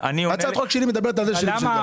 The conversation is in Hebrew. הצעת החוק שלי מדברת על זה --- ינון,